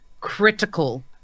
critical